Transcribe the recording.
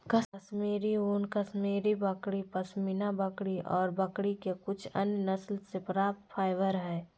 कश्मीरी ऊन, कश्मीरी बकरी, पश्मीना बकरी ऑर बकरी के कुछ अन्य नस्ल से प्राप्त फाइबर हई